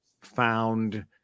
found